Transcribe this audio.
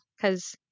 Cause